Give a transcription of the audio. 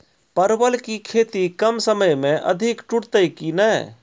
परवल की खेती कम समय मे अधिक टूटते की ने?